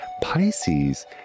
pisces